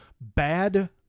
Bad